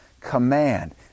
command